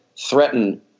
threaten